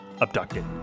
abducted